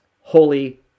holy